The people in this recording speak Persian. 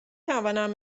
توانم